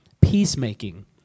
peacemaking